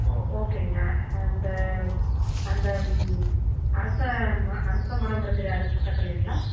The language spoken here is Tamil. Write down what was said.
ஓ ஓகேங்க அந்த அந்த ம் அரச ம் அரசமரம் இருக்குதே அதுக்கு பக்கத்துலலிங்களா